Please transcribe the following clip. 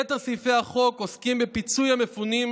יתר סעיפי החוק עוסקים בפיצוי המפונים,